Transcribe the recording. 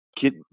kid